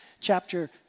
chapter